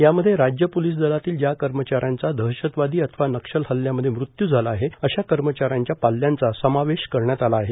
यामध्ये राज्य पोलीस दलातील ज्या कर्मचाऱ्यांचा दहशतवादी अथवा नक्षल हल्ल्यामध्ये मृत्यू झाला आहे अशा कर्मचाऱ्यांच्या पाल्यांचा समावेश करण्यात आला आहे